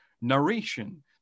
narration